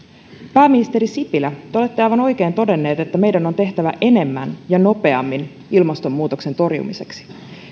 pääministeri sipilä te olette aivan oikein todennut että meidän on tehtävä enemmän ja nopeammin ilmastonmuutoksen torjumiseksi